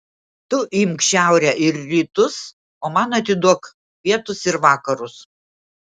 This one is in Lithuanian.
tu imk šiaurę ir rytus o man atiduok pietus ir vakarus